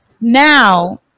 Now